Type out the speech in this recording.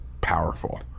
powerful